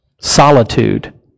Solitude